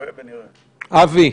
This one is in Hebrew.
אבי,